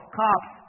cops